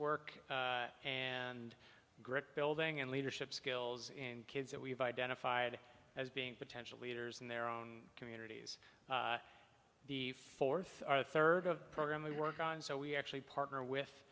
work and grit building and leadership skills in kids that we've identified as being potential leaders in their own communities the fourth or third of the program we work on so we actually partner with